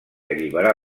alliberar